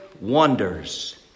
wonders